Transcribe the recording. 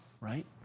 right